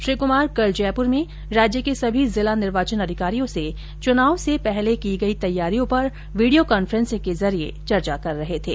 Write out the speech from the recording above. श्री क्मार कल जयप्र में राज्य के सभी जिला निर्वाचन अधिकारियों से चुनाव से पूर्व की गई तैयारियों पर वीडियो कॉन्फ्रेसिंग के जरिए चर्चा कर रहे थे